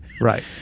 Right